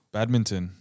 Badminton